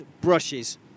brushes